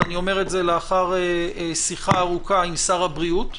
ואני אומר את זה לאחר שיחה ארוכה עם שר הבריאות,